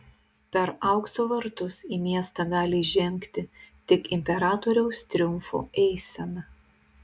per aukso vartus į miestą gali įžengti tik imperatoriaus triumfo eisena